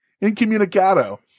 incommunicado